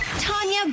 Tanya